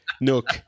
Nook